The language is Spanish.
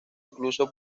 incluso